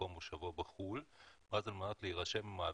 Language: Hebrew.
מקום מושבו בחוץ לארץ וכדי להירשם,